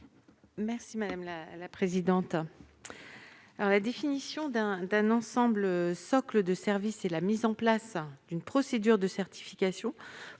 l'avis de la commission ? La définition d'un ensemble socle de services et la mise en place d'une procédure de certification